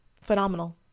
Phenomenal